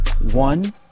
One